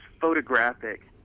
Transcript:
photographic